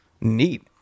neat